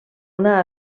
una